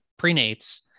prenates